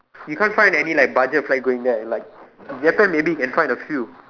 you can't find any like budget flight going there like Japan maybe you can find a few